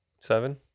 Seven